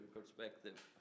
perspective